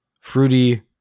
Fruity